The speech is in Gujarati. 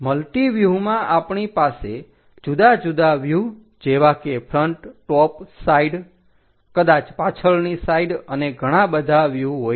મલ્ટિવ્યુહમાં આપણી પાસે જુદા જુદા વ્યુહ જેવા કે ફ્રન્ટ ટોપ સાઈડ કદાચ પાછળની સાઇડ અને ઘણા બધા વ્યુહ હોય છે